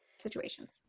situations